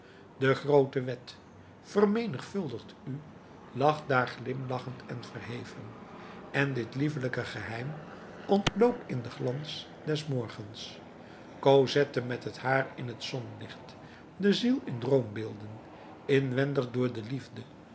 de groote wet vermenigvuldigt u lag daar glimlachend en verheven en dit liefelijke geheim ontlook in den glans des morgens cosette met het haar in het zonlicht de ziel in droombeelden inwendig door de liefde